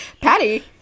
patty